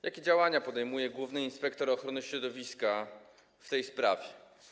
Jakie działania podejmuje główny inspektor ochrony środowiska w tej sprawie?